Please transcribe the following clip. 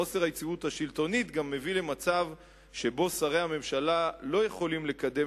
חוסר היציבות השלטונית מביא למצב שבו שרי הממשלה לא יכולים לקדם